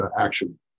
action